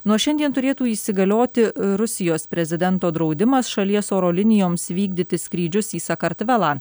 nuo šiandien turėtų įsigalioti rusijos prezidento draudimas šalies oro linijoms vykdyti skrydžius į sakartvelą